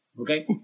Okay